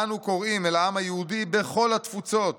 "אנו קוראים אל העם היהודי בכל התפוצות